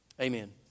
amen